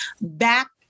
back